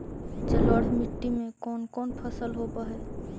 जलोढ़ मट्टी में कोन कोन फसल होब है?